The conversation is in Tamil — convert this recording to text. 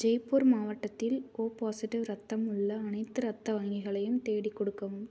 ஜெய்ப்பூர் மாவட்டத்தில் ஓ பாசிட்டிவ் ரத்தம் உள்ள அனைத்து ரத்த வங்கிகளையும் தேடிக் கொடுக்கவும்